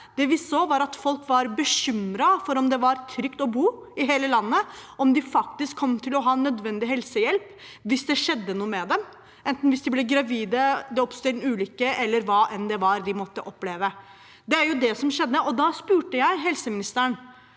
Det vi så, var at folk var bekymret for om det var trygt å bo i hele landet, om de faktisk kom til å få nødvendig helsehjelp hvis det skjedde noe med dem, enten de ble gravide, det oppsto en ulykke, eller hva de enn måtte oppleve. Det var jo det som skjedde. Da spurte jeg helseministeren